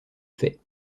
fait